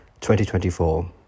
2024